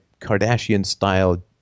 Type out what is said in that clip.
Kardashian-style